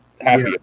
happy